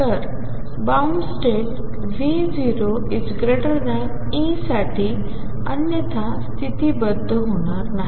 तर bound state V0E साठी अन्यथा स्तिथी बद्ध होणार नाही